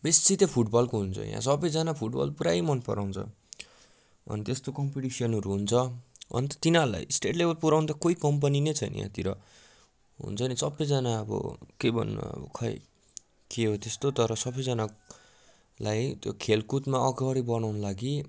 बेसी चाहिँ फुटबलको हुन्छ यहाँ सबैजना फुटबल पुरै मन पराउँछ अनि त्यस्तो कम्पिटिसनहरू हुन्छ अन्त तिनीहरूलाई स्टेट लेभल पुर्यााउनु त कुनै कम्पनी नै छैन यहाँतिर हुन्छ नि सबैजना अब के भन्नु अब खोइ के हो त्यस्तो तर सबैजनालाई त्यो खेलकुदमा अघाडि बनाउनु लागि